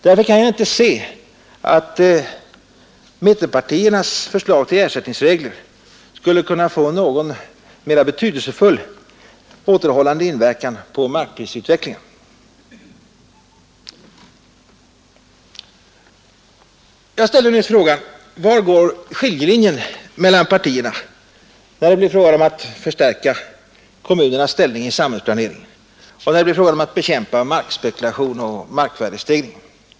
Därför kan jag inte se att mittenpartiernas förslag till ersättningsregler skulle kunna få någon mera betydelsefull återhållande inverkan på markprisutvecklingen. Jag ställde nyss frågan: Var går skiljelinjen mellan partierna när det blir fråga om att förstärka kommunernas ställning i samhällsplaneringen och bekämpa markspekulation och markvärdestegringar?